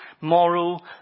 moral